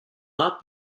not